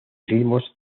ritmos